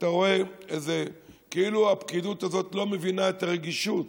אתה רואה שכאילו הפקידות הזאת לא מבינה את הרגישות